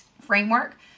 framework